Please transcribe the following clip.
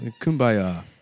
kumbaya